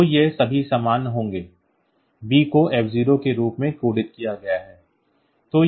तो ये सभी समान होंगे B को f0 के रूप में कोडित किया गया है